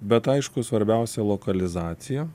bet aišku svarbiausia lokalizacija